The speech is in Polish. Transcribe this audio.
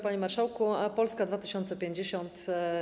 Panie marszałku, Polska 2050.